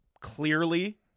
clearly